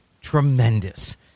tremendous